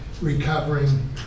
recovering